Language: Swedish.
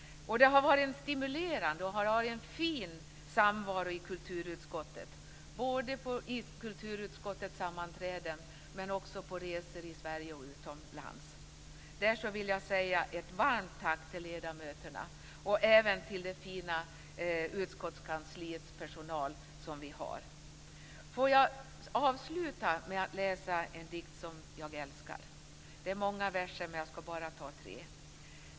Det har varit en stimulerande och fin samvaro i kulturutskottet, både på kulturutskottets sammanträden och på resor i Sverige och utomlands. Därför vill jag säga ett varmt tack till ledamöterna och även till det fina utskottskansliets personal. Får jag avsluta med att läsa en dikt som jag älskar. Den har många verser, men jag skall ta bara tre.